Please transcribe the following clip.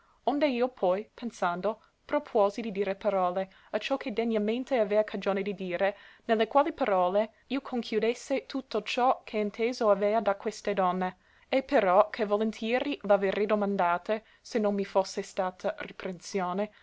onde io poi pensando propuosi di dire parole acciò che degnamente avea cagione di dire ne le quali parole io conchiudesse tutto ciò che inteso avea da queste donne e però che volentieri l'averei domandate se non mi fosse stata